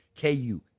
KU